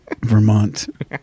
Vermont